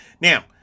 Now